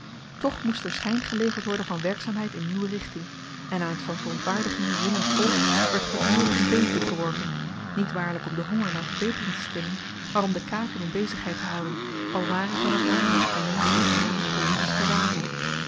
toch moest er schyn geleverd worden van werkzaamheid in nieuwe richting en aan t van verontwaardiging rillend volk werd gedurig een been toegeworpen niet waarlyk om den honger naar verbetering te stillen maar om de kaken in bezigheid te houden al ware t dan ook maar met vermeend ekonomisch politisch gewawel